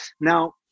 Now